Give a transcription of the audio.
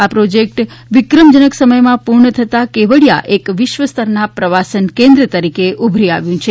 આ પ્રોજેકટ વિક્રમજનક સમયમાં પૂર્ણ થતા કેવડિયા એક વિશ્વ સ્તરના પ્રવાસન કેન્દ્ર તરીકે ઉભરી આવ્યું છે